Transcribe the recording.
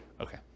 Okay